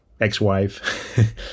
ex-wife